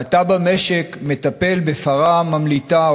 ואתה במשק מטפל בפרה ממליטה,